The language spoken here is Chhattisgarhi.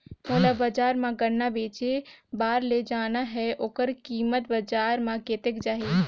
मोला बजार मां गन्ना बेचे बार ले जाना हे ओकर कीमत बजार मां कतेक जाही?